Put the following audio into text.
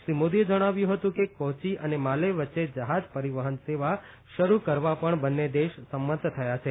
શ્રી મોદીએ જણાવ્યું હતું કે કોચી અને માલે વચ્ચે જહાજ પરિવહન સેવા શરૂ કરવા પણ બંને દેશ સંમત થયા છે